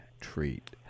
treat